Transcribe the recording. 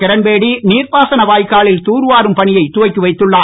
கிரண்பேடி நீர்ப்பாசன வாய்க்காலில் தூர்வாரும் பணியைத் துவக்கிவைத்துள்ளார்